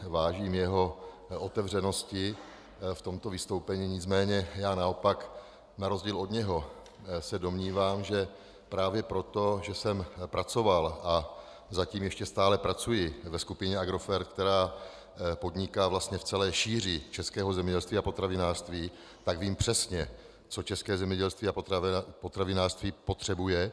Vážím si jeho otevřenosti v tomto vystoupení, nicméně naopak na rozdíl od něho se domnívám, že právě proto, že jsem pracoval a zatím stále ještě pracuji ve skupině Agrofert, která podniká vlastně v celé šíři českého zemědělství a potravinářství, tak vím přesně, co české zemědělství a potravinářství potřebuje.